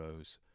euros